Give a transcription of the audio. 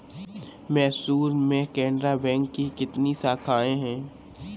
मैसूर में केनरा बैंक की कितनी शाखाएँ है?